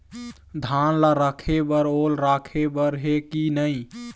धान ला रखे बर ओल राखे बर हे कि नई?